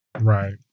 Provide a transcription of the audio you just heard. right